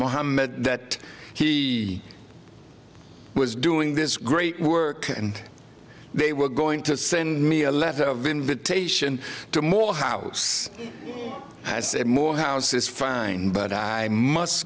mohamed that he was doing this great work and they were going to send me a letter of invitation to morehouse and i said morehouse is fine but i must